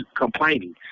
complaining